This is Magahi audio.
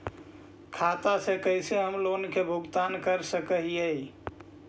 खाता से कैसे हम लोन के भुगतान कर सक हिय?